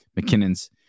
mckinnon's